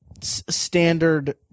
standard